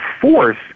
force